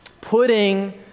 putting